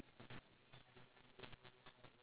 or my grandmother or somebody will arrange blind date for me